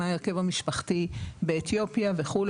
מה ההרכב המשפחתי באתיופיה וכו',